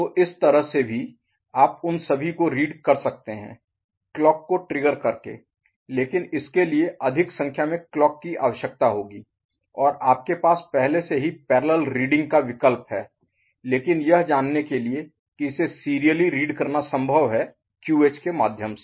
तो इस तरह से भी आप उन सभी को रीड कर सकते हैं क्लॉक को ट्रिगर करके लेकिन इसके लिए अधिक संख्या में क्लॉक की आवश्यकता होगी और आपके पास पहले से ही पैरेलल रीडिंग का विकल्प हैं लेकिन यह जानने के लिए कि इसे सीरियली रीड करना संभव है QH के माध्यम से